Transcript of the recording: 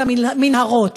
של המנהרות?